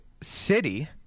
City